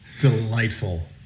Delightful